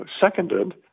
seconded